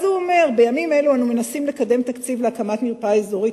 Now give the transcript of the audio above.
ואז הוא אומר: בימים אלו אנו מנסים לקדם תקציב להקמת מרפאה אזורית